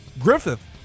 griffith